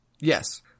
Yes